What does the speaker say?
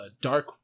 dark